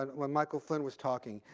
ah when michael flynn was talking,